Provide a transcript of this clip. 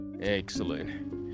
excellent